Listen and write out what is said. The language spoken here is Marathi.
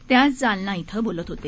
ते आज जालना इथं बोलत होते